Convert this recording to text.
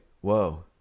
whoa